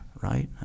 right